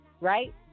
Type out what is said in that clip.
right